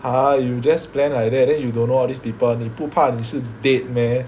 !huh! you just plan like that then you don't know all these people 你不怕你是 dead meh